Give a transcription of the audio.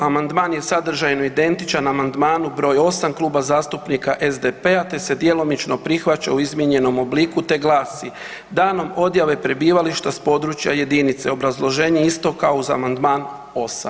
Amandman je sadržajno identičan amandmanu br. 8 Kluba zastupnika SDP-a te se djelomično prihvaća u izmijenjenom obliku te glasi: Danom odjave prebivališta s područja jedinice, obrazloženje isto kao uz amandman 8.